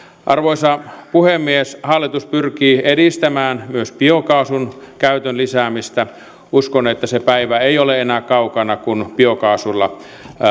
arvoisa puhemies hallitus pyrkii edistämään myös biokaasun käytön lisäämistä uskon että se päivä ei ole enää kaukana kun biokaasulla